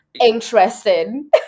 interesting